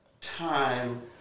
time